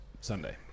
Sunday